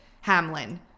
hamlin